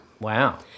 Wow